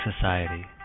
Society